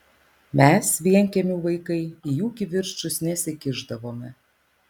mes vienkiemių vaikai į jų kivirčus nesikišdavome